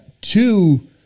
two